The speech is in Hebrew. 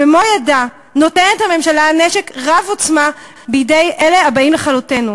במו-ידיה נותנת הממשלה נשק רב-עוצמה בידי אלה הבאים לכלותנו.